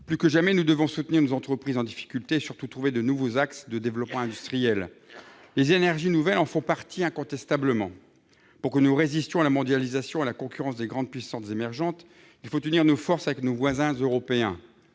Plus que jamais, nous devons soutenir nos entreprises en difficultés et, surtout, trouver de nouveaux axes de développement industriel. Les énergies nouvelles en font incontestablement partie. Pour résister à la mondialisation et à la concurrence des grandes puissantes émergentes, nous devons unir nos forces avec nos voisins européens,